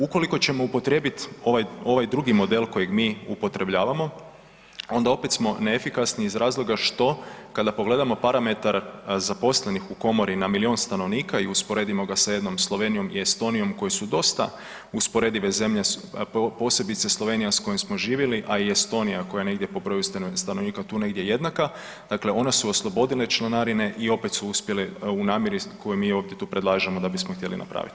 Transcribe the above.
Ukoliko ćemo upotrijebiti ovaj, ovaj drugi model kojeg mi upotrebljavamo onda opet smo neefikasni iz razloga što kada pogledamo parametar zaposlenih u komori na milion stanovnika i usporedimo ga sa jednom Slovenijom i Estonijom koji su dosta usporedive zemlje posebice Slovenija s kojom smo živjeli, a i Estonija koja je negdje po broju stanovnika tu negdje jednaka, dakle one su oslobodile članarine i opet su uspjele u namjeri koju mi ovdje tu predlažemo da bismo htjeli napraviti.